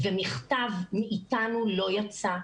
ומכתב מאיתנו לא יצא.